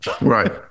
right